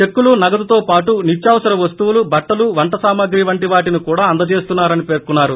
చెక్కులు నగదుతో పాటు నిత్యావసర వస్తువులు బట్టలు వంట సామగ్రి వంటివాటిని కూడా అందజేస్తున్నారని పేర్కొన్నారు